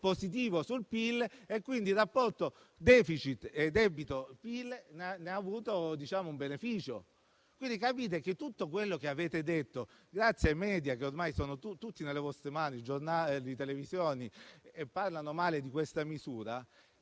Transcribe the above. positivo sul PIL e quindi il rapporto debito PIL ne ha tratto un beneficio. Per questo, voi capite che tutto quello che avete detto, grazie ai media che ormai sono tutti nelle vostre mani, dai giornali alle televisioni, e parlano male di questa misura,